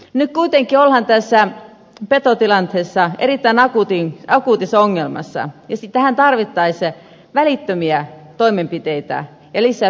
nyt kuitenkin ollaan tässä petotilanteessa erittäin akuutissa ongelmassa ja tähän tarvittaisiin välittömiä toimenpiteitä ja lisää petokorvausrahoja